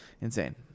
insane